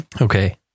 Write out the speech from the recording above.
okay